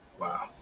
Wow